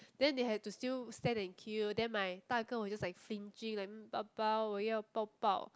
then they had to still stand and queue then my 大哥 was just like flinching like 爸爸我要抱抱